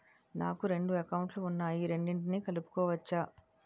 నాకు రెండు అకౌంట్ లు ఉన్నాయి రెండిటినీ కలుపుకోవచ్చా?